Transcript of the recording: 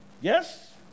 Yes